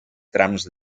trams